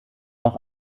auch